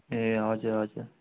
ए हजुर हजुर